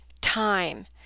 time